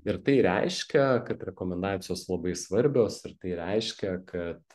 ir tai reiškia kad rekomendacijos labai svarbios ir tai reiškia kad